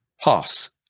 pass